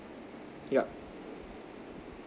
yup